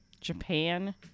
Japan